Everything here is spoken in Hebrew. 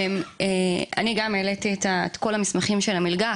אני גם העליתי את כל המסמכים של המלגה,